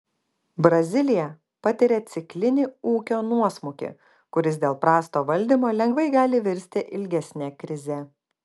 brazilija patiria ciklinį ūkio nuosmukį kuris dėl prasto valdymo lengvai gali virsti ilgesne krize